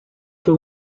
fue